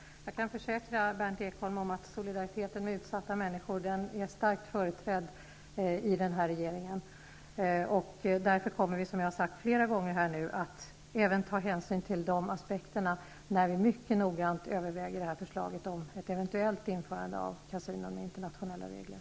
Herr talman! Jag kan försäkra Berndt Ekholm om att solidariteten med utsatta människor är starkt företrädd i regeringen. Vi kommer därför, som jag nu har sagt flera gånger, att ta hänsyn även till de aspekterna när vi nu mycket noggrant överväger förslaget om ett eventuellt införande av kasinon med internationella regler.